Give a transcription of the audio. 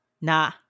Nah